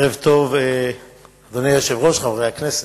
ערב טוב, אדוני היושב-ראש, חברי הכנסת,